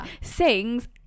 sings